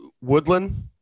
Woodland